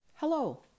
Hello